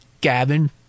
Gavin